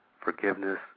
Forgiveness